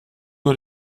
nur